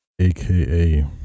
aka